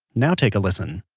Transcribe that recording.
now take a listen